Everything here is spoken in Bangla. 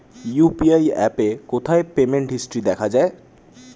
ইউ.পি.আই অ্যাপে কোথায় পেমেন্ট হিস্টরি দেখা যায়?